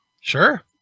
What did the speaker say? Sure